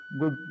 good